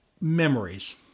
memories